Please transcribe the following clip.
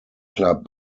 club